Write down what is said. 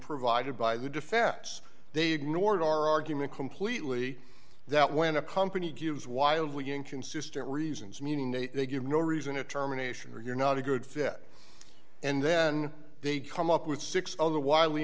provided by the defense they ignored our argument completely that when a company gives wildly inconsistent reasons meaning they give no reason to terminations or you're not a good fit and then they come up with six other wildly